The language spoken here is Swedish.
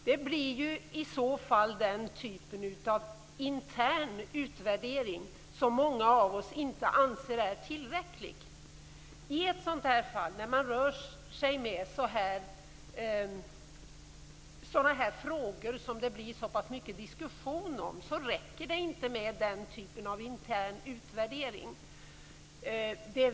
Det blir i sådana fall en sådan typ av intern utvärdering som många av oss inte anser är tillräcklig. I ett fall som detta, där det blir så pass mycket diskussion om frågorna, räcker det inte med den typen av intern utvärdering.